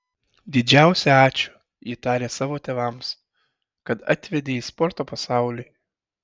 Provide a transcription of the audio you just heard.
didžiausią ačiū ji taria savo tėvams kad atvedė į sporto pasaulį